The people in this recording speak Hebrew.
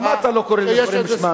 למה אתה לא קורא לדברים בשמם?